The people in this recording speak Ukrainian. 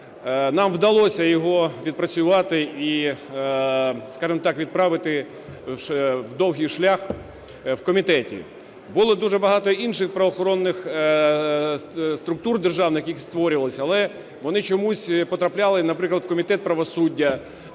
Нам вдалося його відпрацювати і, скажемо так, відправити в довгий шлях в комітеті. Було дуже багато інших правоохоронних структур державних, які створювалися. Але вони чомусь потрапляли, наприклад, в комітет правосуддя,